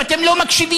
ואתם לא מקשיבים,